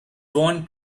won